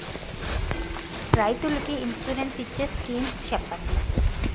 రైతులు కి ఇన్సురెన్స్ ఇచ్చే స్కీమ్స్ చెప్పండి?